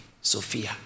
Sophia